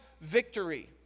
victory